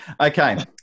Okay